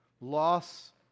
Loss